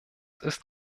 ist